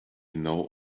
know